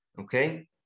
okay